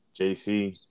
JC